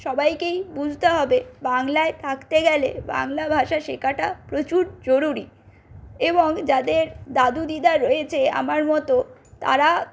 সবাইকেই বুঝতে হবে বাংলায় থাকতে গেলে বাংলা ভাষা শেখাটা প্রচুর জরুরী এবং যাদের দাদু দিদা রয়েছে আমার মতো তারা